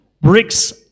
Bricks